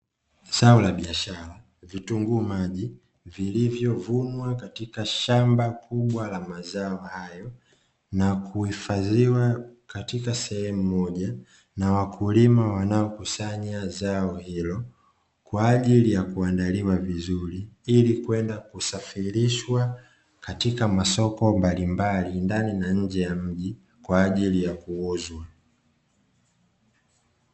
Zao la biashara, vitunguu maji vilivyovunwa katika shamba kubwa la mazao hayo, na kuhifadhiwa katika sehemu moja. Na wakulima wanaokusanya zao hilo kwa ajili ya kuandaliwa vizuri, ili kwenda kusafirishwa katika masoko mbalimbali ndani na nje ya mji kwa ajili ya kuuzwa.